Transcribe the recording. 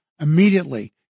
immediately